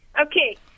Okay